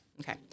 Okay